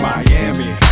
Miami